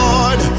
Lord